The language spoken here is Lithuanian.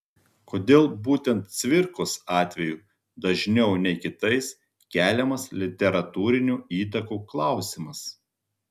kodėl būtent cvirkos atveju dažniau nei kitais keliamas literatūrinių įtakų klausimas